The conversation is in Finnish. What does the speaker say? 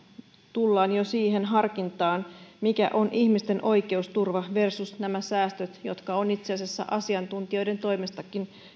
tullaan jo siihen harkintaan mikä on ihmisten oikeusturva versus nämä säästöt jotka on itse asiassa asiantuntijoidenkin toimesta